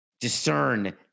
discern